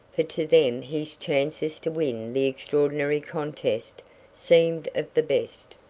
for to them his chances to win the extraordinary contest seemed of the best.